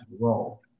role